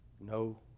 no